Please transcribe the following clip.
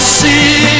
see